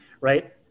right